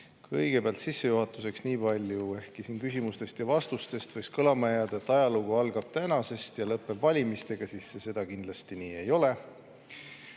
Kõigepealt sissejuhatuseks niipalju, et ehkki siin küsimustest ja vastustest võis kõlama jääda, et ajalugu algab tänasest ja lõpeb valimistega, siis see kindlasti nii ei ole.